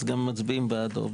גם מצביעים בעדו.